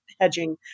hedging